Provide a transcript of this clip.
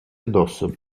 addosso